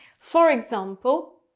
for example,